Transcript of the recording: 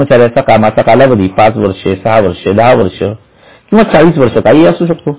कर्मचाऱ्याच्या कामाचा कालावधी पाच वर्षे सहा वर्षे दहा वर्ष किंवा चाळीस वर्ष काहीही असू शकतो